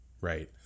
right